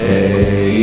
Hey